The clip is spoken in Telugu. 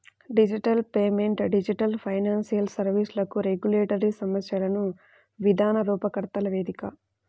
డిజిటల్ పేమెంట్ డిజిటల్ ఫైనాన్షియల్ సర్వీస్లకు రెగ్యులేటరీ సమస్యలను విధాన రూపకర్తల వేదిక